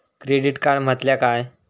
Credit card म्हटल्या काय?